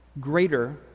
greater